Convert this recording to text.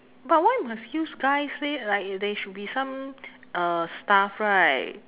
but why must use guy say like there should be some uh staff right